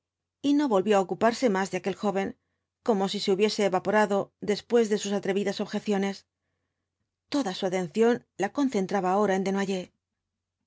y no volvió á ocuparse más de aquel joven como si se hubiese evaporado después de sus atrevidas objeciones toda su atención la concentraba ahora en